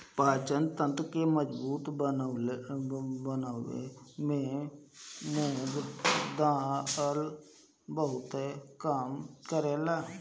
पाचन तंत्र के मजबूत बनावे में मुंग दाल बहुते काम करेला